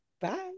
Bye